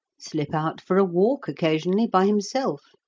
slip out for a walk occasionally by himself,